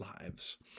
lives